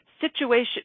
situation